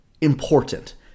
important